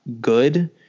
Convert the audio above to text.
good